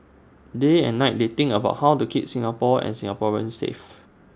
day and night they think about how to keep Singapore and Singaporeans safe